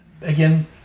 Again